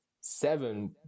Seven